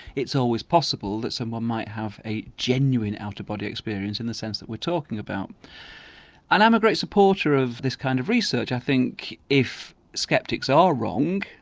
it's always possible that someone might have a genuine out-of-body experience in the sense that we're talking about. and i'm a great supporter of this kind of research. i think if the sceptics are wrong,